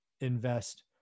invest